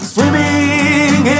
Swimming